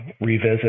revisit